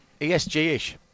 ESG-ish